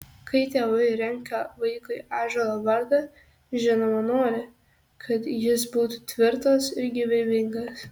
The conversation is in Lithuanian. kai tėvai renka vaikui ąžuolo vardą žinoma nori kad jis būtų tvirtas ir gyvybingas